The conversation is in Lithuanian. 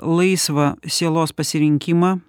laisvą sielos pasirinkimą